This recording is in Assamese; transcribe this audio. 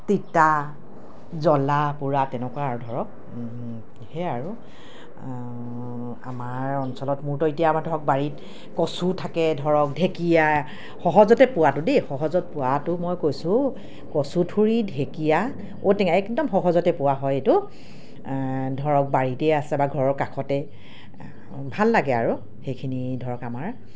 তিতা জলা পোৰা তেনেকুৱা আৰু ধৰক সেয়াই আৰু আমাৰ অঞ্চলত মোৰতো এতিয়া আমাৰ ধৰক বাৰীত কচু থাকে ধৰক ঢেঁকীয়া সহজতে পোৱাটো দেই সহজত পোৱাতো মই কৈছোঁ কচুথুৰি ঢেকীয়া ঔটেঙা একদম সহজতে পোৱা হয় এইটো ধৰক বাৰীতে আছে বা ঘৰৰ কাষতে ভাল লাগে আৰু সেইখিনি ধৰক আমাৰ